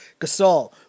Gasol